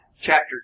chapter